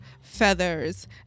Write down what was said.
feathers